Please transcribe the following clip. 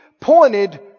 pointed